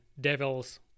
Devils